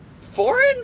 foreign